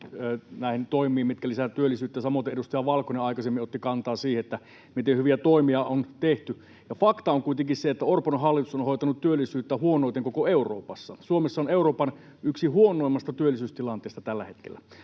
näihin toimiin, mitkä lisäävät työllisyyttä. Samoiten edustaja Valkonen aikaisemmin otti kantaa siihen, että miten hyviä toimia on tehty. Fakta on kuitenkin se, että Orpon hallitus on hoitanut työllisyyttä huonoiten koko Euroopassa. Suomessa on yksi Euroopan huonoimmista työllisyystilanteista tällä hetkellä.